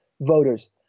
voters